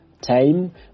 time